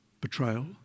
betrayal